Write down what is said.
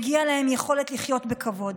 מגיעה להם יכולת לחיות בכבוד,